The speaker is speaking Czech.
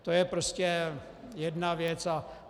To je prostě jedna věc.